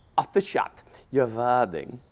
officiate your wedding,